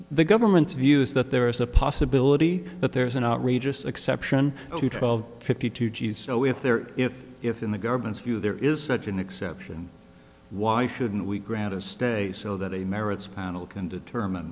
the government's view is that there is a possibility that there is an outrageous exception to twelve fifty two g s so if there if if in the government's view there is such an exception why shouldn't we grant a stay so that a merits panel can determine